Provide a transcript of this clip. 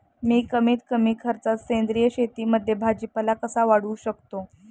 मी कमीत कमी खर्चात सेंद्रिय शेतीमध्ये भाजीपाला कसा वाढवू शकतो?